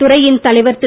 துறையின் தலைவர் திரு